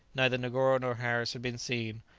neither negoro nor harris had been seen,